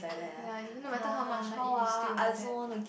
ya even no matter how much I eat is still like that